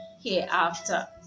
hereafter